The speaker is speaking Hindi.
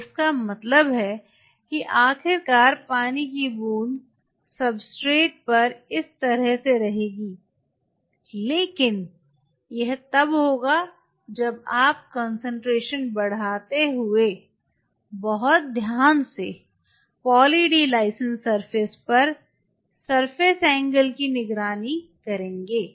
तो इसका मतलब है कि आखिरकार पानी की बूंद सब्सट्रेट पर इस तरह से रहेगी लेकिन यह तब होगा जब आप कंसंट्रेशन बढ़ाते हुए बहुत ध्यान से पॉली डी लाइसिन सरफेस पर सरफेस एंगल की निगरानी करेंगे